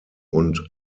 und